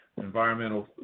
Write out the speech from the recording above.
environmental